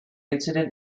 incident